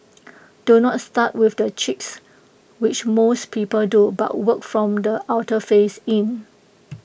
do not start with the cheeks which most people do but work from the outer face in